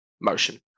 motion